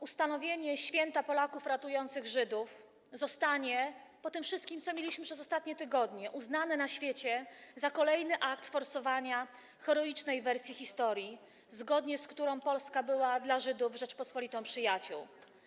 Ustanowienie święta Polaków ratujących Żydów zostanie po tym wszystkim, co mieliśmy przez ostatnie tygodnie, uznane na świecie za kolejny akt forsowania heroicznej wersji historii, zgodnie z którą Polska była dla Żydów Rzecząpospolitą przyjaciół.